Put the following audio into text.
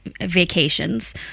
vacations